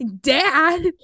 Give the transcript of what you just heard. Dad